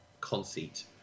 conceit